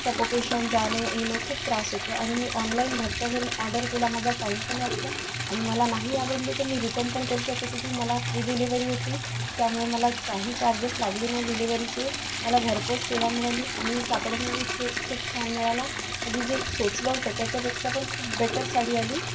सपोकेशन जाणं येणं खूप त्रास होतो आणि मी ऑनलाईन घरच्या घरून ऑर्डर केला माझा टाईम पण वाचला आणि मला नाही आवडली तर मी रिटर्न पण करू शकते ती मला फ्री डिलेवीरी होती त्यामुळे मला काही चार्जेस लागले नाही डिलेवरीचे मला घरपोच सेवा मिळाली आणि कापड पण खूप छ खूप छान मिळाला म्हणजे जे सोचलं होतं त्याच्यापेक्षा पण खूप बेटर साडी आली